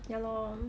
ya lor